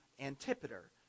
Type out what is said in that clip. Antipater